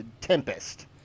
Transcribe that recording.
Tempest